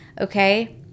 okay